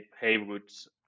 Haywood's